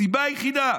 הסיבה היחידה.